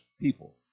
people